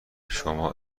شما